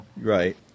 Right